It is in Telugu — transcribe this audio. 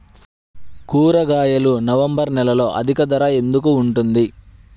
కూరగాయలు నవంబర్ నెలలో అధిక ధర ఎందుకు ఉంటుంది?